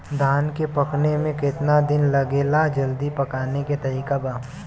धान के पकने में केतना दिन लागेला जल्दी पकाने के तरीका बा?